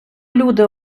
люди